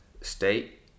state